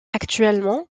actuellement